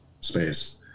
space